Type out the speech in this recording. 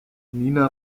nina